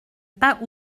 pas